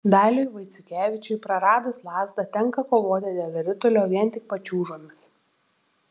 daliui vaiciukevičiui praradus lazdą tenka kovoti dėl ritulio vien tik pačiūžomis